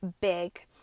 big